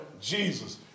Jesus